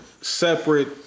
separate